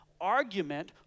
argument